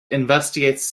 investigates